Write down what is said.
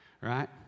right